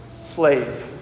slave